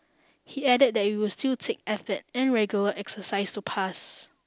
he added that it will still take effort and regular exercise to pass